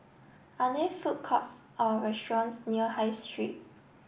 are there food courts or restaurants near high street